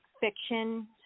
fiction